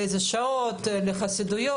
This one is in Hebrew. באילו שעות לאיזה חסידות,